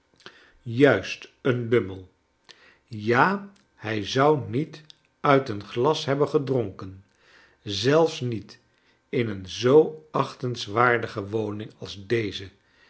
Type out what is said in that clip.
juist een lummel ja hij zou niet uit een glas hebben gedronken zelfs niet in een zoo achtens waardige woning als deze